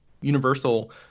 universal